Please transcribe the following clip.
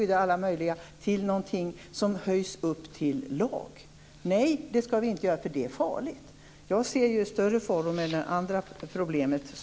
De kunde höjas upp till lag. Men nej, det kan vi inte göra. Det är farligt. Jag ser större faror med andra problem.